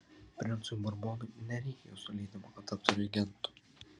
princui burbonui nereikia jūsų leidimo kad taptų regentu